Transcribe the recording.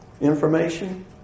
information